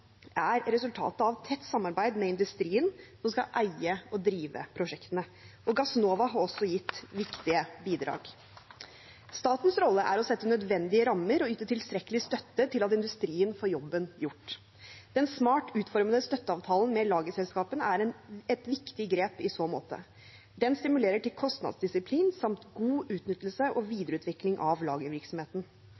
er resultatet av et tett samarbeid med industrien som skal eie og drive prosjektene. Gassnova har også gitt viktige bidrag. Statens rolle er å sette nødvendige rammer og yte tilstrekkelig støtte til at industrien får jobben gjort. Den smart utformede støtteavtalen med lagerselskapene er et viktig grep i så måte. Den stimulerer til kostnadsdisiplin samt god utnyttelse og